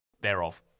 thereof